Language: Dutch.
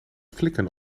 flikken